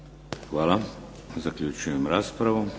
Hvala. Zaključujem raspravu.